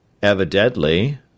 Evidently